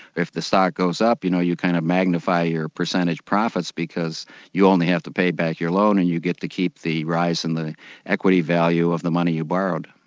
if the stock goes up, you know, you kind of magnify your percentage profits because you only have to pay back your loan and you get to keep the rise and the equity value of the money you borrowed.